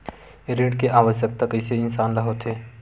ऋण के आवश्कता कइसे इंसान ला होथे?